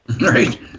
Right